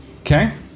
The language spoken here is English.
Okay